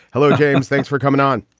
hello, james. thanks for coming on.